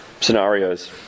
scenarios